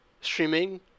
streaming